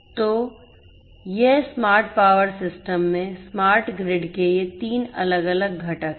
तो ये smart power system में स्मार्ट ग्रिड के ये 3 अलग अलग घटक हैं